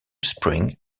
spring